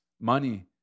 money